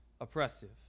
oppressive